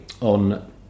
on